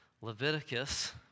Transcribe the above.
Leviticus